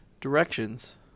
directions